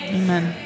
amen